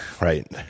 Right